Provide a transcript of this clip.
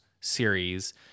series